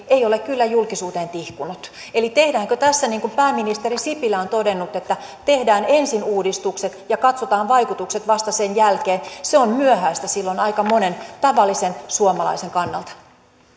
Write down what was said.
ei ole kyllä julkisuuteen tihkunut eli tehdäänkö tässä niin kuin pääministeri sipilä on todennut ensin uudistukset ja katsotaan vaikutukset vasta sen jälkeen se on myöhäistä silloin aika monen tavallisen suomalaisen kannalta